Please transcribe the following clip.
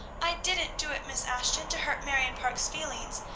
i didn't do it, miss ashton, to hurt marion parke's feelings!